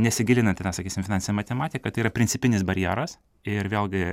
nesigilinant į tą sakysim finansinę matematiką tai yra principinis barjeras ir vėlgi